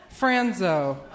Franzo